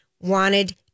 wanted